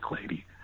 lady